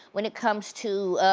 when it comes to